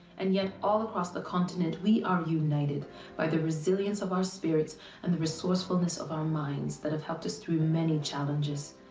and yet, all across the continent, we are united by the resilience of our spirits and the resourcefulness of our minds that have helped us through the many challenges.